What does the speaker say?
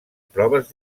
proves